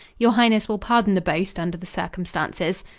your highness will pardon the boast under the circumstances?